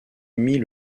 mit